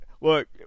look